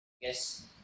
Yes